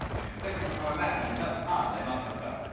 it's difficult to imagine just how they must have felt.